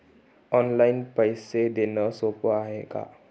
Online पैसे देण सोप हाय का?